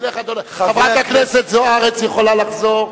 חברת הכנסת זוארץ יכולה לחזור.